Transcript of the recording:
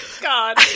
God